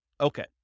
Okay